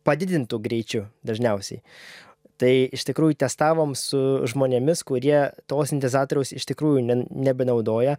padidintu greičiu dažniausiai tai iš tikrųjų testavom su žmonėmis kurie to sintezatoriaus iš tikrųjų ne nebenaudoja